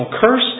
curse